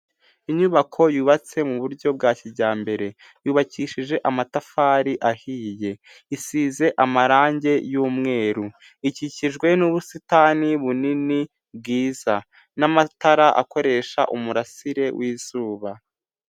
Inyubako yubatse mu buryo bwa kijyambere. Yubakishije amatafari ahiye. Isize amarangi y'umweru. Ikikijwe n'ubusitani bunini bwiza n'amatara akoresha umurasire wizuba.